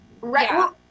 Right